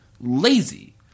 lazy